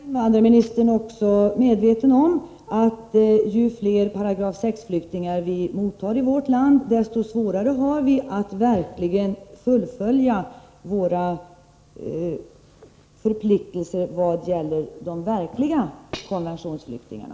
Herr talman! Är invandrarministern också medveten om, att ju fler flyktingar enligt 6 § vi mottar i vårt land, desto svårare har vi att fullfölja våra förpliktelser gentemot de verkliga konventionsflyktingarna?